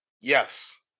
Yes